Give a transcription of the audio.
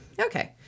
Okay